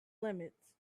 limits